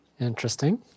Interesting